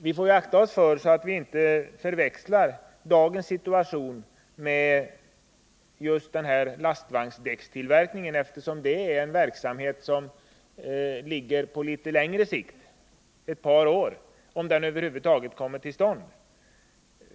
Vi får akta oss så att vi inte förväxlar dagens sysselsättningstillfällen med just den här tillverkningen av lastvagnsdäck, eftersom det är en verksamhet på litet längre sikt — den dröjer ett par år, om den över huvud taget kommer till stånd.